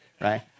right